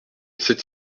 sept